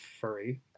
furry